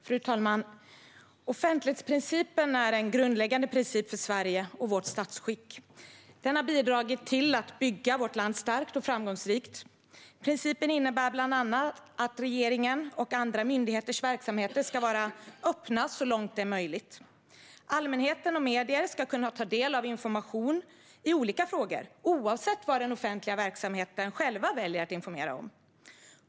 Fru talman! Offentlighetsprincipen är en grundläggande princip för Sverige och vårt statsskick. Den har bidragit till att bygga vårt land starkt och framgångsrikt. Principen innebär bland annat att regeringens och andra myndigheters verksamheter ska vara öppna så långt det är möjligt. Allmänheten och medier ska kunna ta del av information i olika frågor, oavsett vad den offentliga verksamheten själv väljer att informera om.